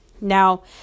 Now